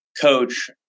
coach